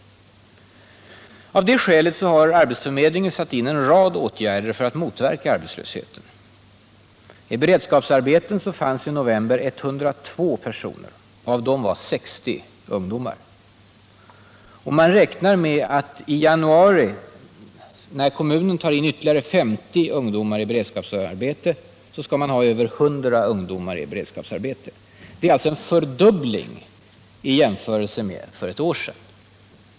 Av det skälet har arbetsförmedlingen satt in en rad åtgärder för att motverka arbetslösheten. I beredskapsarbeten fanns i november 102 personer, och av dem var 60 ungdomar. Man räknar med att i januari, när kommunen tar in ytterligare 50 ungdomar i beredskapsarbete, ha över 100 ungdomar i beredskapsarbete. Det är en fördubbling av beredskapsarbetena jämfört med för ett år sedan.